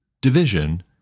division